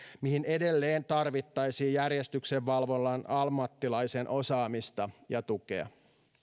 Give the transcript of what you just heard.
mihin edelleen tarvittaisiin järjestyksenvalvonnan ammattilaisen osaamista ja tukea